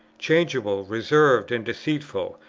changeable, reserved, and deceitful,